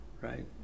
right